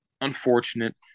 unfortunate